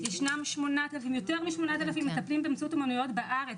ישנם יותר מ-8,000 מטפלים באמצעות אומניות בארץ.